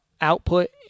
output